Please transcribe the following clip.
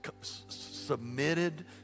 submitted